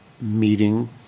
meeting